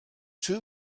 two